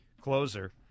closer